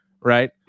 right